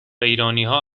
ایرانیها